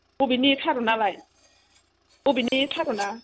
अबेनि थारुनालाय अबेनि थारुना